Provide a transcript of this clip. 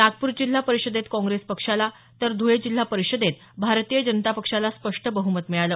नागपूर जिल्हा परिषदेत काँग्रेस पक्षाला तर धुळे जिल्हा परिषदेत भारतीय जनता पक्षाला स्पष्ट बहमत मिळालं